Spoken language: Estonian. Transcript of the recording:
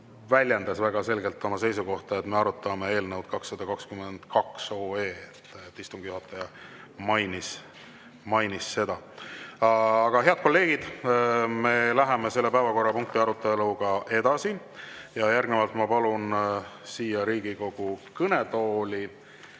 väljendas väga selgelt oma seisukohta, et me arutame eelnõu 222. Istungi juhataja mainis seda. Head kolleegid, me läheme selle päevakorrapunkti aruteluga edasi. Järgnevalt ma palun siia Riigikogu kõnetooli